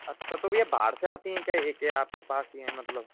अच्छा तो भैया बाहर से आती हैं क्या ये के आपके पास ये हैं मतलब